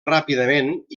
ràpidament